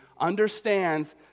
understands